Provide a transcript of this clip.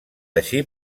així